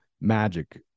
magic